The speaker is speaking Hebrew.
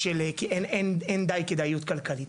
כי אין די כדאיות כלכלית.